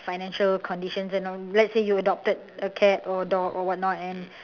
financial conditions and all let's say you adopted a cat or a dog or what not and